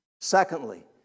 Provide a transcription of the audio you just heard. Secondly